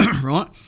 Right